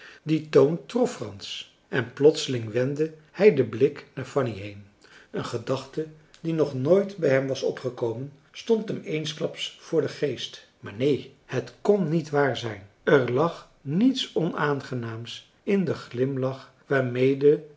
die toon trof frans en plotseling wendde hij den blik naar fanny heen een gedachte die nog nooit bij hem was opgekomen stond hem eensklaps voor den geest maar neen het kon niet waar zijn er lag niets onaangenaams in den glimlach waarmede